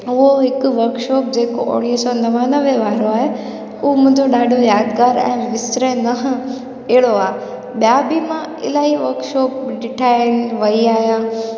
ऐं उहो हिकु वर्कशॉप जेको उणिवीह सौ नवानवे वारो आहे उहो मुंंहिंजो ॾाढो यादगारु ऐं विसराईंदो आहे अहिड़ो आहे ॿिया बि मां इलाही वर्कशॉप ॾिठा आहिनि वई आयमि